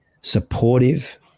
supportive